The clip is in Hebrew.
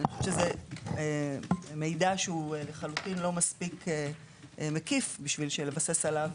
זה מידע שלחלוטין לא מספיק מקיף כדי לבסס עליו